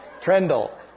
Trendle